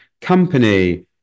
company